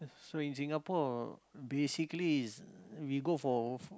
so in Singapore basically is we go for